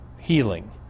healing